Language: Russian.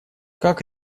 как